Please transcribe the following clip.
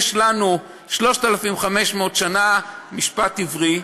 יש לנו 3,500 שנה משפט עברי.